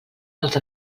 els